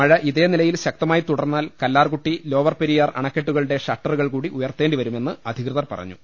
മഴ ഇതേനിലയിൽ ശക്തമായി തുടർന്നാൽ കല്ലാർകുട്ടി ലോവർ പെരിയാർ അണക്കെട്ടുകളുടെ ഷട്ടറുകൾകൂടി ഉയർത്തേണ്ടിവരുമെന്ന് അധികൃതർ പറഞ്ഞു